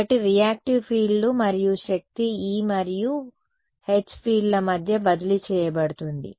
కాబట్టి రియాక్టివ్ ఫీల్డ్లు మరియు శక్తి E మరియు H ఫీల్డ్ల మధ్య బదిలీ చేయబడుతుంది